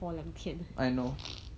for 两天